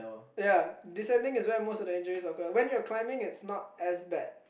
ya descending is where most of the injuries occur when you're climbing its not as bad